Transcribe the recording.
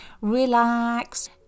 relax